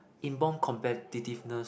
inborn competitiveness